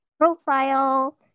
profile